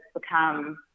become